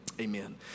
amen